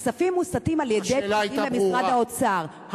הכספים מוסטים על-ידי פקידים במשרד האוצר.